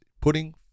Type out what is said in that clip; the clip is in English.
putting